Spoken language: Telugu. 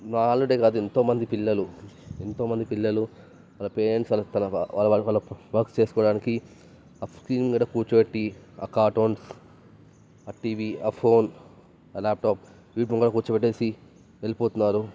మా అల్లుడే కాదు ఎంతోమంది పిల్లలు ఎంతోమంది పిల్లలు వాళ్ళ పేరెంట్స్ అంతా వాళ్ళ వాళ్ళ వర్క్ చేసుకోవడానికి ఆ స్క్రీన్ ముందుర కూర్చూబెట్టి ఆ కార్టూన్స్ ఆ టీవీ ఆ ఫోన్ ఆ ల్యాప్టాప్ వీటి ముందుర కూర్చో పెట్టి వెళ్ళిపోతున్నారు